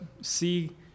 see